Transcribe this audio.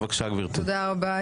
תודה רבה.